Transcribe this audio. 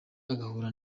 agahura